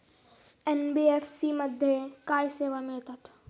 NBFC मध्ये काय सेवा मिळतात?